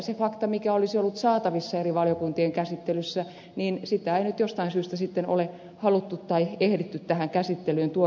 sitä faktaa mikä olisi ollut saatavissa eri valiokuntien käsittelyssä ei nyt jostain syystä sitten ole haluttu tai ehditty tähän käsittelyyn tuoda mukaan